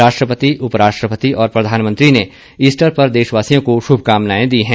राष्ट्रपति उपराष्ट्रपति और प्रधानमंत्री ने ईस्टर पर देशवासियों को शुभकामनाएं दी हैं